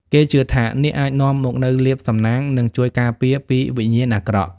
គេជឿថានាគអាចនាំមកនូវលាភសំណាងនិងជួយការពារពីវិញ្ញាណអាក្រក់។